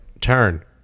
Turn